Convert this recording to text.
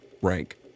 rank